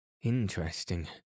Interesting